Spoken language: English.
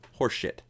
Horseshit